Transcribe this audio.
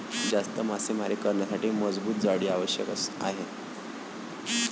जास्त मासेमारी करण्यासाठी मजबूत जाळी आवश्यक आहे